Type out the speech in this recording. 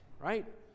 right